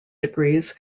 degrees